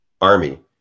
army